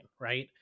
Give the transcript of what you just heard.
right